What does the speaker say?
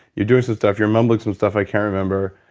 you're doing some stuff, you're mumbling some stuff i can't remember.